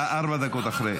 אתה ארבע דקות אחרי.